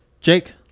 Jake